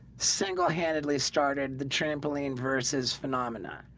single-handedly started the trampoline verses phenomena.